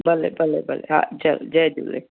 भले भले भले हा चङो जय झूले